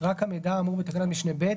רק המידע האמור בתקנת משנה (ב),